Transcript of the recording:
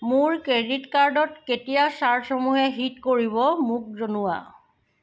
মোৰ ক্ৰেডিট কাৰ্ডত কেতিয়া চাৰ্জসমূহে হিট কৰিব মোক জনোৱা